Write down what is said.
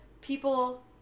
people